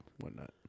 whatnot